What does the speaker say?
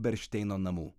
beršteino namų